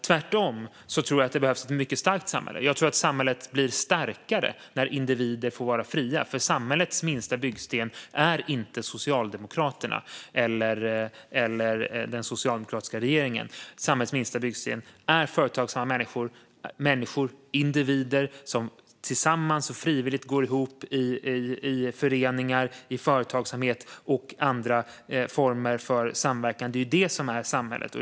Tvärtom tror jag att det behövs ett mycket starkt samhälle. Jag tror att samhället blir starkare när individer får vara fria. Samhällets minsta byggsten är inte Socialdemokraterna eller den socialdemokratiska regeringen. Samhällets minsta byggsten är företagsamma människor. Det är individer som tillsammans och frivilligt går ihop i föreningar, i företagsamhet och andra former för samverkan. Det är samhället.